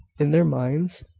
in their minds?